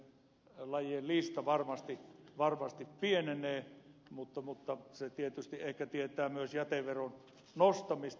tämä hyödyntämättömien lajien lista varmasti pienenee mutta se tietysti ehkä tietää myös jäteveron nostamista